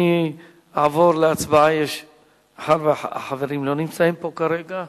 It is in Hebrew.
מאחר שהחברים לא נמצאים פה כרגע,